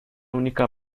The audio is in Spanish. única